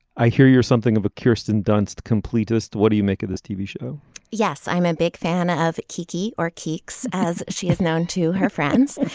i hear you're something of a kirsten dunst complete host. what do you make of this tv show yes i'm a big fan of kiki or kix as she is known to her friends.